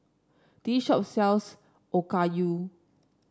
this shop sells Okayu